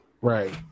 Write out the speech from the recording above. right